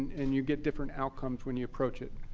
and you get different outcomes when you approach it.